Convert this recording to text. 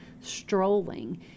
strolling